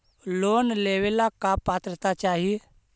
Loan लेवेला का पात्रता चाही?